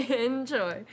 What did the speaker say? Enjoy